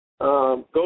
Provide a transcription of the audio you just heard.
Go